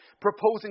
proposing